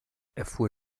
erfuhr